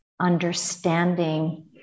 understanding